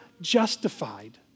justified